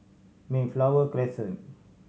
Mayflower Crescent